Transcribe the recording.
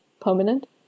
Permanent